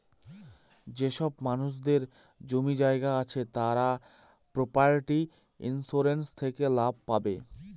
যেসব মানুষদের জমি জায়গা আছে তারা প্রপার্টি ইন্সুরেন্স থেকে লাভ পাবে